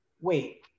wait